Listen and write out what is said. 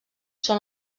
són